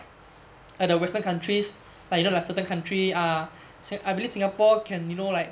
other western countries like you know like certain country ah so I believe singapore can you know like